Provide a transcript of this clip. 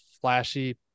flashy